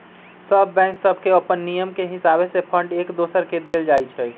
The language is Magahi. सभ बैंक सभके अप्पन नियम के हिसावे से फंड एक दोसर के देल जाइ छइ